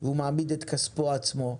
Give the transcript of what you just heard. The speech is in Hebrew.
והוא מעמיד את כספו עצמו,